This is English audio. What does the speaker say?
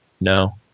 no